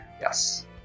yes